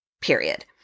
period